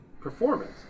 performance